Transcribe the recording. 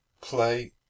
play